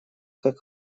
как